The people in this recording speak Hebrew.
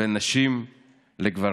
בין נשים לגברים.